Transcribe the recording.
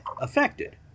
affected